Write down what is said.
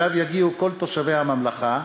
שאליו יגיעו כל תושבי הממלכה,